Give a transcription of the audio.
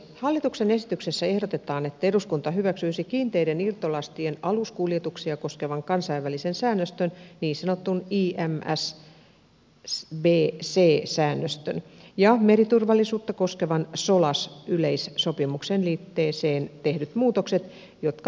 hallituksen esityksessä ehdotetaan että eduskunta hyväksyisi kiinteiden irtolastien aluskuljetuksia koskevan kansainvälisen säännöstön niin sanotun imsbc säännöstön ja meriturvallisuutta koskevan solas yleissopimuksen liitteeseen tehdyt muutokset jotka liittyvät säännöstöön